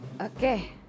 Okay